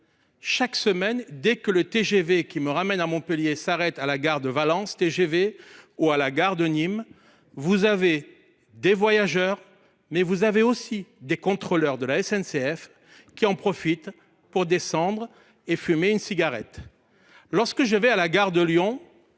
Chaque semaine, dès que le TGV qui me ramène à Montpellier s’arrête à la gare de Valence ou de Nîmes, des voyageurs, mais aussi des contrôleurs de la SNCF, en profitent pour descendre fumer une cigarette. Lorsque je me rends à la gare de Lyon,